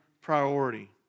priority